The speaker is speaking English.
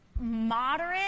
moderate